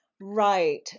Right